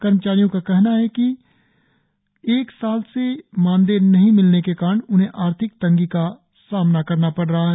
कर्मचारियों का कहना है कि करूब एक साल से मानदेय नही मिलने के कारण उन्हें आर्थिक तंगी का सामना करना पड़ रहा है